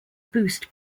boost